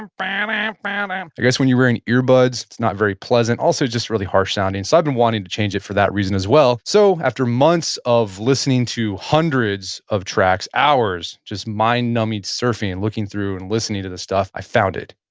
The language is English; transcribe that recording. and um ah um i um guess when you're wearing earbuds, it's not very pleasant. also, just really harsh sounding so i've been wanting to change it for that reason as well. so after months of listening to hundreds of tracks hours, just mind numbing surfing and looking through and listening to the stuff, i found it.